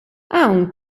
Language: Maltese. hawn